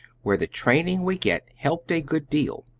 where the training we get helped a good deal.